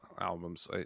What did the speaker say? albums